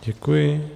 Děkuji.